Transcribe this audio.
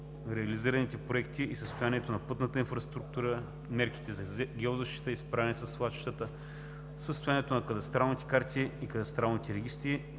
реализираните проекти и състоянието на пътната инфраструктура, мерките за геозащита и справяне със свлачищата, състоянието на кадастралната карта и кадастралните регистри